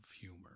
humor